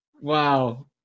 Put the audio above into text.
Wow